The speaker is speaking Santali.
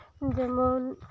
ᱡᱮᱢᱚᱱ